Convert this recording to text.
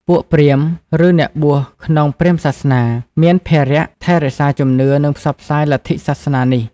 ពួកព្រាហ្មណ៍ ឬអ្នកបួសក្នុងព្រាហ្មណ៍សាសនា មានភារៈថែរក្សាជំនឿ និងផ្សព្វផ្សាយលទ្ធិសាសនានេះ។